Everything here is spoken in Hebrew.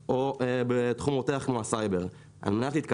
על מנת להתקדם אתה צריך לדעת איך לגייס כסף ולעבוד בזה.